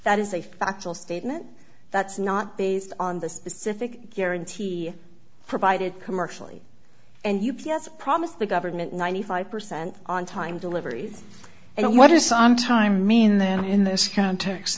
that is a factual statement that's not based on the specific guarantee provided commercially and u p s promised the government ninety five percent on time deliveries and what is sometimes mean then in this context